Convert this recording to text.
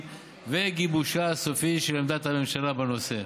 ולגיבושה הסופי של עמדת הממשלה בנושא.